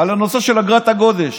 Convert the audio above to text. על הנושא של אגרת הגודש,